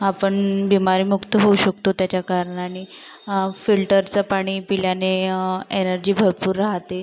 आपण बिमारीमुक्त होऊ शकतो त्याच्याकारणाने फिल्टरचं पाणी पिल्याने एनर्जी भरपूर राहते